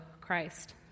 Christ